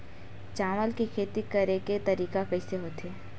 चावल के खेती करेके तरीका कइसे होथे?